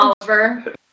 Oliver